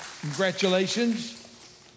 congratulations